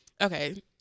okay